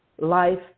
life